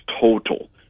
total